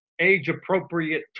age-appropriate